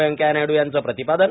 व्यंकय्या नायडू यांचं प्रतिपादन